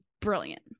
brilliant